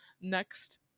next